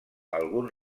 alguns